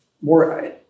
more